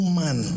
man